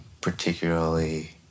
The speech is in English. particularly